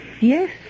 Yes